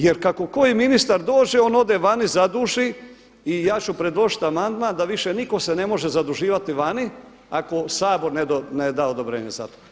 Jer kako koji ministar dođe, on ode vani, zaduži i ja ću predložiti amandman da više nitko se ne može zaduživati vani ako Sabor ne da odobrenje za to.